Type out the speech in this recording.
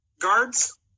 guards